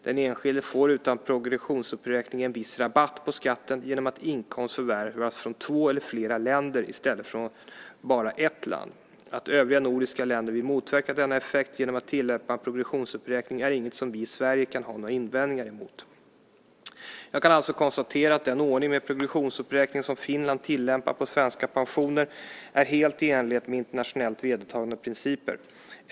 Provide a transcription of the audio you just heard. Den enskilde får utan progressionsuppräkning en viss "rabatt" på skatten genom att inkomst förvärvas från två eller flera länder i stället för från bara ett land. Att övriga nordiska länder vill motverka denna effekt genom att tillämpa progressionsuppräkning är inget som vi i Sverige kan ha några invändningar emot. Jag kan alltså konstatera att den ordning med progressionsuppräkning som Finland tillämpar på svenska pensioner är helt i enlighet med internationellt vedertagna principer.